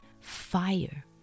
fire